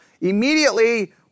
immediately